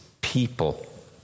people